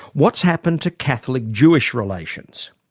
what's happened to catholic-jewish relations?